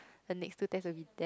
the next two test will be damn